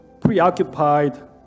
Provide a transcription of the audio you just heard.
preoccupied